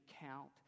count